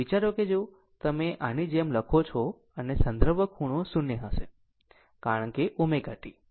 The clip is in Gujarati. વિચારો કે જો તમે આની જેમ લખો છો અને સંદર્ભ ખૂણો 0 હશે કારણ કે ω t